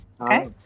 okay